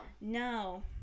no